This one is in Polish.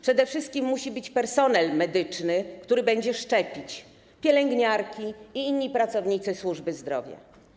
Przede wszystkim musi być personel medyczny, który będzie szczepić - pielęgniarki i inni pracownicy służby zdrowia.